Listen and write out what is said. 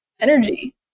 energy